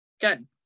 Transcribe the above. Good